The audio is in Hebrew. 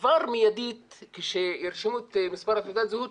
כבר מיידית כשירשמו את מספר תעודת הזהות